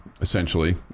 essentially